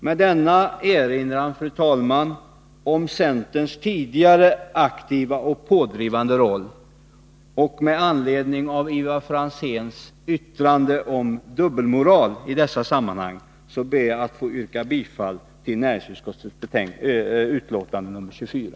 Med denna erinran, fru talman, om centerns tidigare aktiva och pådrivande roll, som föranleddes av Ivar Franzéns yttrande om dubbelmoral i dessa sammanhang, ber jag att få yrka bifall till hemställan i näringsutskottets betänkande nr 24.